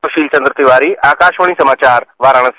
सुशील चंद्र तिवारी आकाशवाणी समाचार वाराणसी